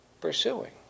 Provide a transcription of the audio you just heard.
pursuing